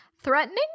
threatening